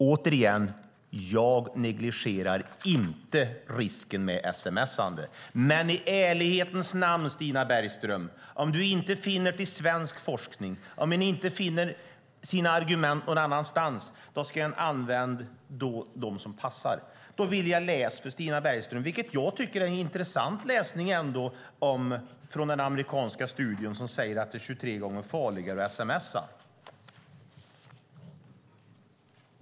Återigen: Jag negligerar inte risken med sms:andet. Om Stina Bergström inte finner argumenten i svensk forskning och inte heller någon annanstans använder hon dem som passar. Därför vill jag nämna för Stina Bergström en intressant studie, nämligen den amerikanska studie som säger att det är 23 gånger farligare att sms:a.